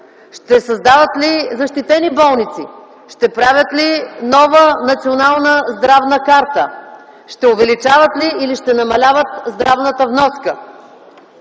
ще създават ли защитени болници, ще правят ли нова национална здравна карта, ще увеличават или ще намаляват здравната вноска,